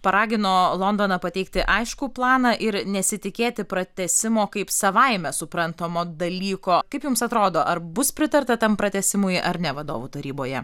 paragino londoną pateikti aiškų planą ir nesitikėti pratęsimo kaip savaime suprantamo dalyko kaip jums atrodo ar bus pritarta tam pratęsimui ar ne vadovų taryboje